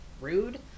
rude